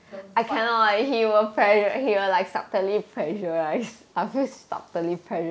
the vibe